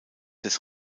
des